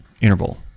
interval